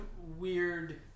weird